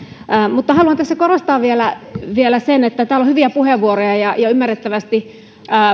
haluan tässä korostaa vielä vielä että täällä on hyviä puheenvuoroja ja ja ymmärrettävästi